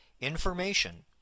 Information